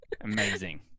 Amazing